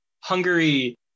Hungary